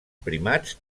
primats